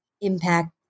impact